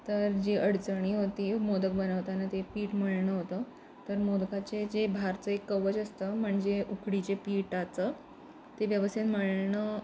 तर जी अडचणी होती मोदक बनवताना ते पीठ मळणं होतं तर मोदकाचे जे बाहेरचं एक कवच असतं म्हणजे उकडीचे पीठाचं ते व्यवस्थित मळणं